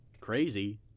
Crazy